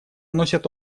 носят